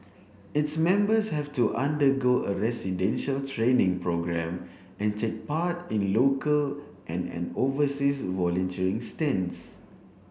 its members have to undergo a residential training programme and take part in local and an overseas volunteering stints